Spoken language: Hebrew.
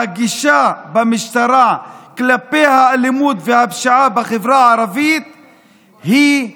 שהגישה במשטרה כלפי האלימות והפשיעה בחברה הערבית היא: